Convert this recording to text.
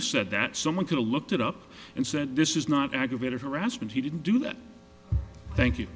've said that someone could i looked it up and said this is not aggravated harassment he didn't do that thank you